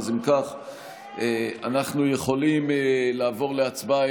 אם כך אנחנו יכולים לעבור להצבעה,